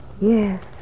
Yes